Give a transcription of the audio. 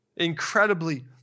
incredibly